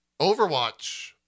Overwatch